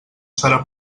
serà